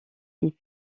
est